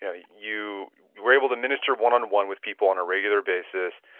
ah you you were able to minister one on one with people on a regular basis.